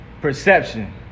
perception